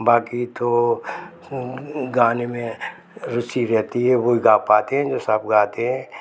बाकी तो अ गाने में रुचि रहती है वही गा पाते हैं जो साफ गाते हैं